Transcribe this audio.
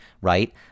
right